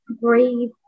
breathe